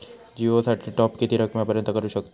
जिओ साठी टॉप किती रकमेपर्यंत करू शकतव?